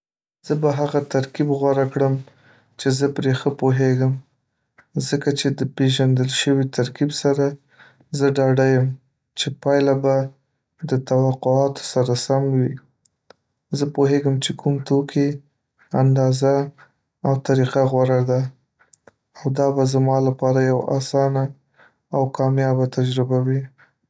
زه به هغه ترکیب غوره کړم چې زه پرې ښه پوهیږم. ځکه چې د پېژندل شوي ترکیب سره زه ډاډه یم چې پایله به د توقعاتو سره سم وي زه پوهېږم چې کوم توکي، اندازه او طریقه غوره ده، خو دا به زما لپاره یوه اسانه او کامیابه تجربه وي.